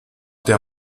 der